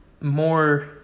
more